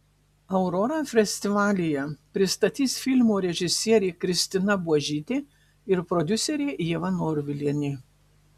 aurorą festivalyje pristatys filmo režisierė kristina buožytė ir prodiuserė ieva norvilienė